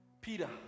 Peter